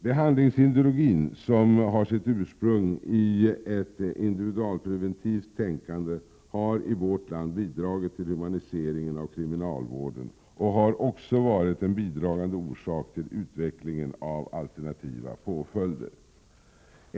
Behandlingsideologin, som har sitt ursprung i ett individualpreventivt tänkande, har i vårt land bidragit till humaniseringen av kriminalvården och har också varit en bidragande orsak till utvecklingen av alternativa påföljder.